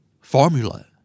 Formula